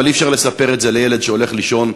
אבל אי-אפשר לספר את זה לילד שהולך לישון רעב,